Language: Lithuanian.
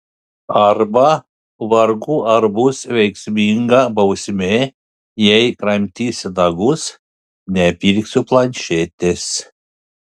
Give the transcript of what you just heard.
arba vargu ar bus veiksminga bausmė jei kramtysi nagus nepirksiu planšetės